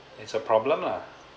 it's a problem lah